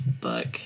book